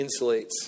insulates